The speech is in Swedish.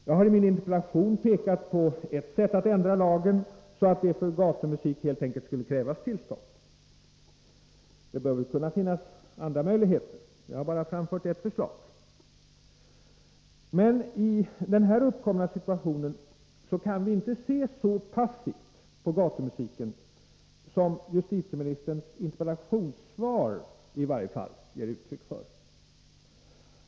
Jag hari min interpellation pekat på ett sätt att ändra lagen, så att det för gatumusik helt enkelt skulle krävas tillstånd. Det bör väl kunna finnas andra möjligheter — jag har bara framfört ett förslag. Men i den uppkomna situationen kan vi inte se så passivt på gatumusiken som i varje fall justitieministern gör i sitt interpellationssvar.